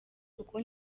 kuko